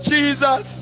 Jesus